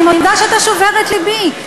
אני מודה שאתה שובר את לבי,